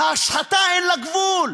ההשחתה, אין לה גבול.